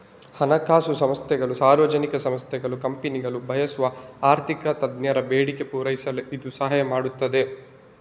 ಹಣಕಾಸು ಸಂಸ್ಥೆಗಳು, ಸಾರ್ವಜನಿಕ ಸಂಸ್ಥೆಗಳು, ಕಂಪನಿಗಳು ಬಯಸುವ ಆರ್ಥಿಕ ತಜ್ಞರ ಬೇಡಿಕೆ ಪೂರೈಸಲು ಇದು ಸಹಾಯ ಮಾಡ್ತದೆ